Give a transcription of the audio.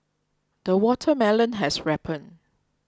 the watermelon has ripened